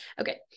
Okay